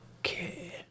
Okay